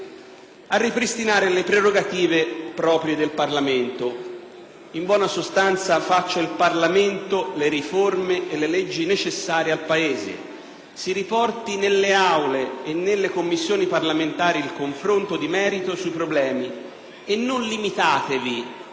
a ripristinare le prerogative proprie del Parlamento. In buona sostanza, faccia il Parlamento le riforme e le leggi necessarie al Paese. Si riporti nelle Aule e nelle Commissioni parlamentari il confronto di merito sui problemi. E non limitatevi,